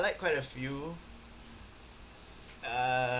like quite a few uh